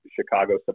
Chicago